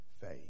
faith